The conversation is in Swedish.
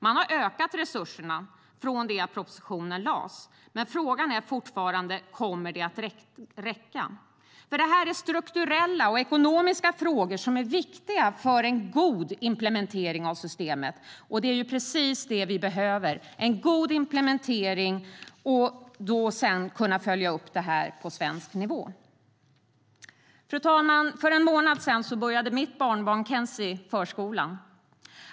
Man har ökat resurserna från det att propositionen lades fram. Men frågan är fortfarande om det kommer att räcka. Det här är strukturella och ekonomiska frågor som är viktiga för en god implementering av systemet, och det vi behöver är just en god implementering och uppföljning på svensk nivå. Fru talman! För en månad sedan började mitt barnbarn Kenzie förskolan.